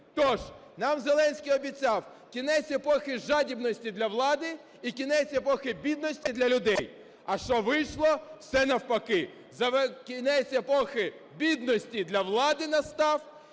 Тож, нам Зеленський обіцяв кінець епохи жадібності для влади і кінець епохи бідності для людей. А що вийшло? Все навпаки. Кінець епохи бідності для влади настав,